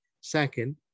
second